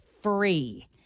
free